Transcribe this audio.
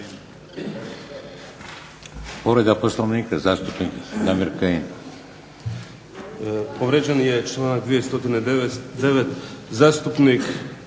Povrijeđen je članak 209., zastupnik